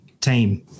team